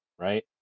right